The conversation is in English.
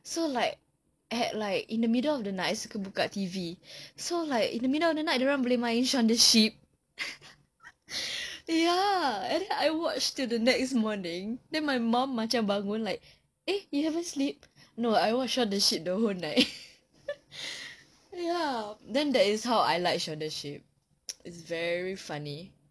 so like at like in the middle of the night I suka buka T_V so like in the middle of the night dia orang boleh main shaun the sheep ya and then I watch till the next morning then my mum macam bangun like eh you haven't sleep no I watch shaun the sheep the whole night night ya then that is how I like shaun the sheep is very funny